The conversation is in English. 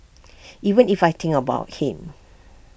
even if I think about him